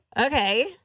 Okay